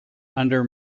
under